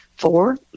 Four